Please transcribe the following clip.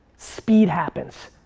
speed happens.